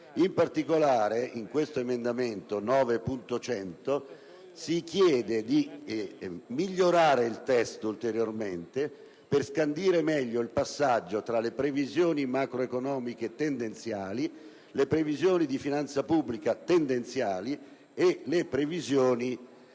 In particolare, l'emendamento 9.100 chiede di migliorare ulteriormente il testo per scandire meglio il passaggio tra le previsioni macroeconomiche tendenziali, le previsioni di finanza pubblica tendenziali e le previsioni